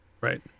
right